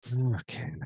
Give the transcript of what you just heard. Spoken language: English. Okay